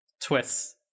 twists